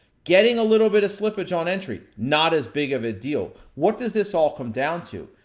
getting a little bit of slippage on entry, not as big of a deal. what does this all come down to?